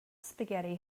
spaghetti